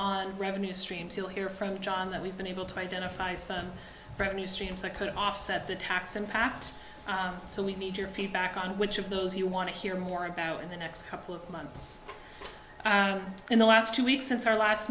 on revenue stream to hear from john that we've been able to identify some revenue streams that could offset the tax impact so we need your feedback on which of those you want to hear more about in the next couple of months in the last two weeks since our l